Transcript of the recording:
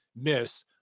miss